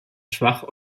schwach